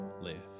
live